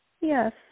Yes